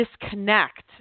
disconnect